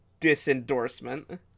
disendorsement